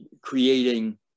creating